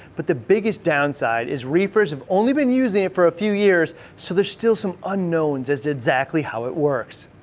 but the biggest downside is reefers have only been using it for a few years so there's still some unknowns as to exactly how it works.